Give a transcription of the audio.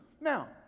Now